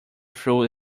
through